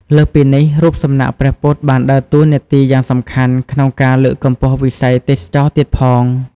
លើសពីនេះ រូបសំណាកព្រះពុទ្ធបានដើរតួនាទីយ៉ាងសំខាន់ក្នុងការលើកកម្ពស់វិស័យទេសចរណ៍ទៀតផង។